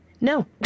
No